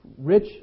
rich